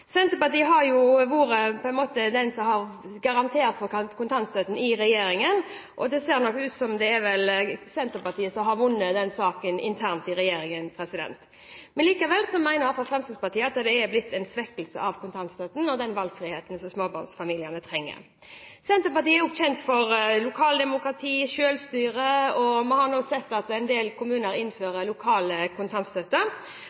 Senterpartiet har på en måte vært det partiet som har garantert for kontantstøtten i regjeringen, og det ser nok ut til at det er Senterpartiet som har vunnet den saken internt i regjeringen. Likevel mener i hvert fall Fremskrittspartiet at det er blitt en svekkelse av kontantstøtten og den valgfriheten småbarnsfamiliene trenger. Senterpartiet er også kjent for lokaldemokrati – selvstyre – og vi har nå sett at en del kommuner